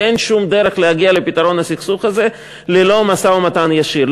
ואין שום דרך להגיע לפתרון הסכסוך הזה ללא משא-ומתן ישיר.